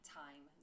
time